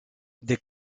des